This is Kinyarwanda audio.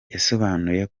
yasobanuye